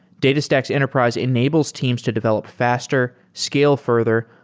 datastax enterprise enables teams to develop faster, scale further,